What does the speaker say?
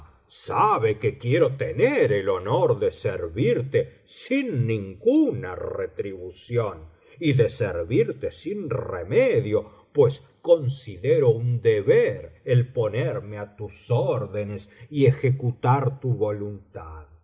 sabe que quiero tener el honor de servirte sin ninguna retribución y de servirte sin remedio pues considero un deber el ponerme á tus órdenes y ejecutar tu voluntad